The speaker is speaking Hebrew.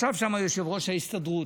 ישב שם יושב-ראש ההסתדרות,